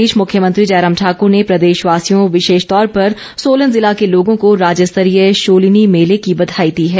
इस बीच मुख्यमंत्री जयराम ठाकर ने प्रदेशवासियों विशेष तौर पर सोलन जिला के लोगों को राज्यस्तरीय शूलिनी मेले की बधाई दी है